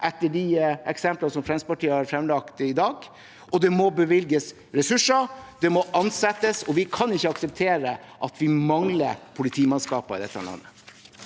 etter de eksemplene som Fremskrittspartiet har fremlagt i dag, og det må bevilges ressurser. Det må ansettes – vi kan ikke akseptere at vi mangler politimannskap i dette landet.